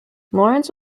lawrence